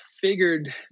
figured